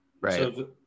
Right